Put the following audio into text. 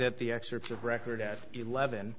at the excerpts of record at eleven